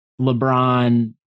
LeBron